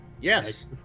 Yes